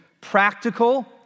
practical